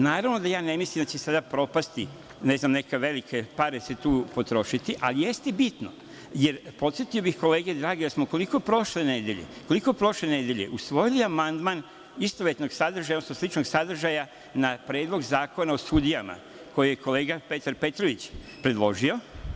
Naravno da ja ne mislim da će sada propasti i neke velike pare se tu potrošiti, ali jeste bitno, jer, podsetio bih drage kolege da smo koliko prošle nedelje usvojili amandman istovetnog sadržaja, odnosno sličnog sadržaja, na Predlog zakona o sudijama, koji je kolega Petar Petrović predložio.